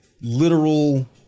literal